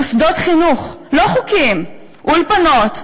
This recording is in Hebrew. מוסדות חינוך לא חוקיים: אולפנות,